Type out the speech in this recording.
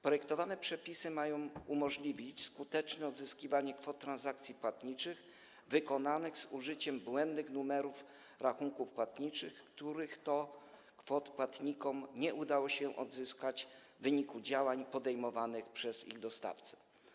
Projektowane przepisy mają umożliwić skuteczne odzyskiwanie kwot transakcji płatniczych wykonanych z użyciem błędnych numerów rachunków płatniczych, których to kwot płatnikom nie udało się odzyskać w wyniku działań podejmowanych przez ich dostawcę.